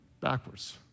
backwards